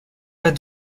pas